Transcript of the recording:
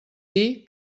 dir